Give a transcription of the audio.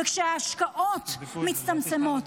כשההשקעות מצטמצמות,